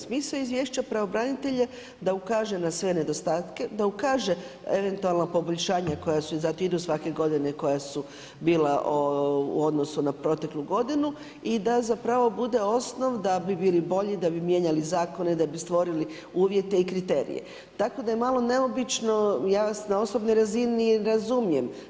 Smisao izvješća pravobranitelja je da ukaže na sve nedostatke, da ukaže na eventualna poboljšanja su i zato idu svake godine koja su bila u odnosu na proteklu godinu i da zapravo bude osnov da bi bili bolji, da bi mijenjali zakone, da bi stvorili uvjete i kriterije, tako da je malo neobično, ja na osobnoj razini razumijem.